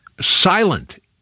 silent